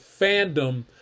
fandom